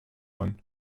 one